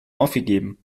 aufgegeben